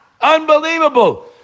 Unbelievable